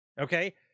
Okay